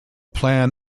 plan